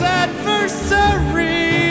adversary